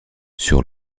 sur